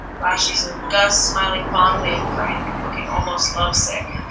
flashes of gus smiling fondly at frank, looking almost love-sick,